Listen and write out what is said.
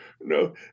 No